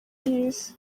y’isi